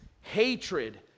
hatred